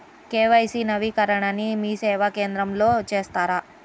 KYC నవీకరణని మీసేవా కేంద్రం లో చేస్తారా?